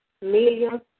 millions